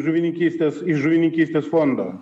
žuvininkystės iš žuvininkystės fondo